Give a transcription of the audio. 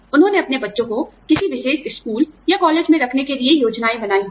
उन्होंने अपने बच्चों को किसी विशेष स्कूल या कॉलेज में रखने के लिए योजनाएँ बनाई होंगी